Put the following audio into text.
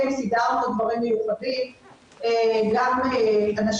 יש לנו רופאים שעובדים גם עד 1:00